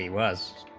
was